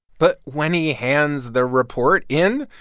but when he hands the report in,